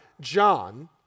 John